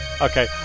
Okay